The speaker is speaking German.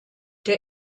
der